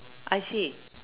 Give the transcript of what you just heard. I see